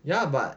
ya but